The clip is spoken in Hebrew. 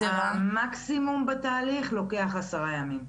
מקסימום התהליך לוקח עשרה ימים.